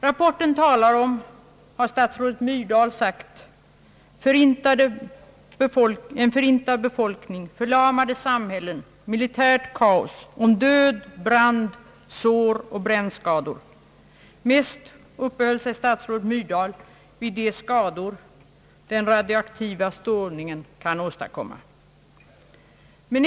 Rapporten talar om, har statsrådet Myrdal sagt, en förintad befolkning, förlamade samhällen, militärt kaos samt om brand, död och brännskador. Mest uppehöll sig statsrådet Myrdal vid de skador som den radioaktiva strålningen kan åstadkomma.